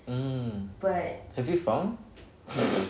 mm have you found